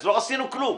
אז לא עשינו כלום.